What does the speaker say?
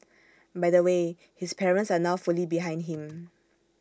by the way his parents are now fully behind him